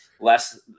less